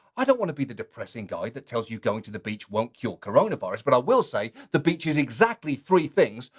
i don't want to be the depressing guy that tells you going to the beach won't cure coronavirus but i will say, the beach is exactly three things,